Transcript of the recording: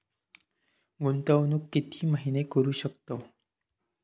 गुंतवणूक किती महिने करू शकतव?